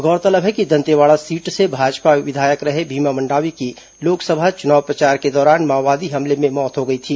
गौरतलब है कि दंतेवाड़ा सीट से भाजपा विधायक रहे भीमा मंडावी की लोकसभा चुनाव प्रचार के दौरान माओवादी हमले में मौत हो गई थी